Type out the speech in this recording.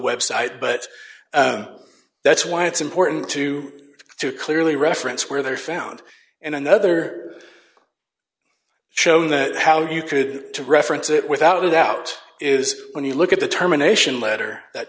website but that's why it's important to to clearly reference where they are found and another show the how you could to reference it without without is when you look at the terminations letter that